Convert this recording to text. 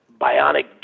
Bionic